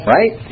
Right